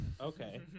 okay